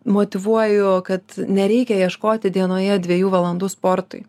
motyvuoju kad nereikia ieškoti dienoje dviejų valandų sportui